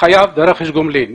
חייב ברכש גומלין.